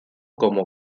como